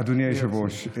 אדוני היושב-ראש,